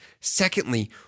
Secondly